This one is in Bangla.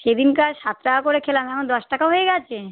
সেদিনকার সাত টাকা করে খেলাম এখন দশ টাকা হয়ে গেছে